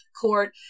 court